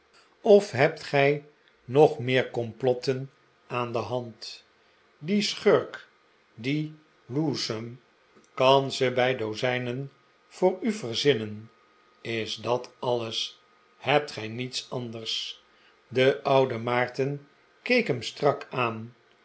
of hebt gij nog meer complotten aan de hand die schurk die lewsome kan ze bij dozijnen voor u verzinnen is dat alles hebt gij niets anders de oude maarten keek hem strak aan